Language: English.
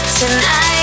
tonight